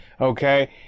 Okay